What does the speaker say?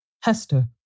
Hester